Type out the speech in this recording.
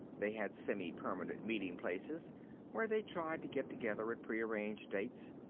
they had semi-permanent meeting places where they tried to get together at pre-arranged dates,